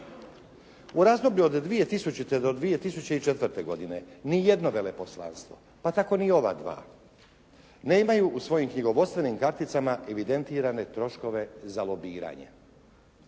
U razdoblju od 2000. do 2004. godine nijedno veleposlanstvo pa tako ni ova dva nemaju u svojim knjigovodstvenim karticama evidentirane troškove za lobiranje.